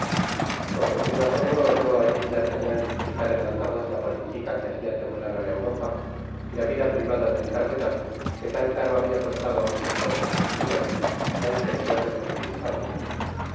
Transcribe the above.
con profundo asombro oyó allí d'artagnan criticar en alta voz la política que hacia temblar á la europa y la vida privada del cardenal que tan caro habia costado á muchos poderosos señores la intencion de profundizarla